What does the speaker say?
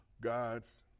God's